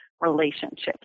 relationships